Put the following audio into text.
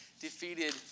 defeated